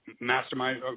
Mastermind